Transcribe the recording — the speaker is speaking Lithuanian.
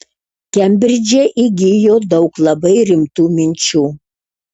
kembridže įgijo daug labai rimtų minčių